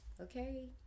okay